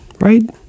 right